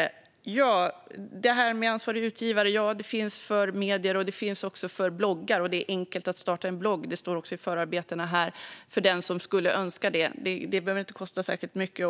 Fru talman! Ansvariga utgivare finns för medier och även för bloggar. Det är enkelt att starta en blogg - det står också i förarbetena - för den som skulle önska det. Det behöver inte kosta speciellt mycket.